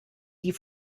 die